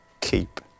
Keep